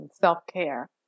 self-care